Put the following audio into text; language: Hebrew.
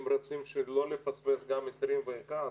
אם רוצים שלא נפספס גם את 2021,